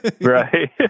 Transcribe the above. Right